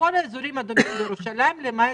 "כל האזורים האדומים בירושלים למעט